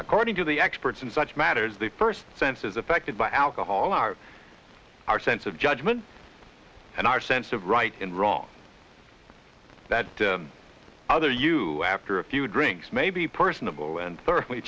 according to the experts in such matters the first senses affected by alcohol are our sense of judgment and our sense of right and wrong that other you after a few drinks may be personable and th